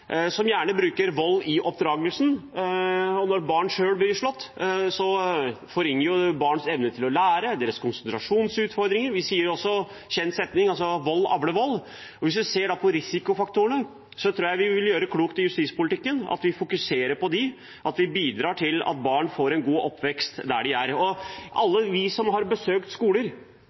som gjerne bruker vold i oppdragelsen. Når barn blir slått, forringes deres evne til å lære, de får konsentrasjonsutfordringer. En kjent setning heter: Vold avler vold. I justispolitikken tror jeg vi gjør klokt i å fokusere på risikofaktorene og bidra til at barn får en god oppvekst der de er. Alle vi som har besøkt skoler,